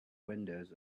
windows